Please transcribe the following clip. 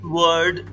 word